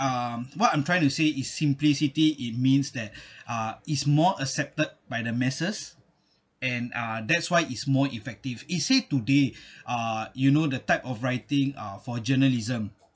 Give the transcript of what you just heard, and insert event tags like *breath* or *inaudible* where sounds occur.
um what I'm trying to say is simplicity it means that *breath* uh it's more accepted by the masses and uh that's why it's more effective let's say today *breath* uh you know the type of writing are for journalism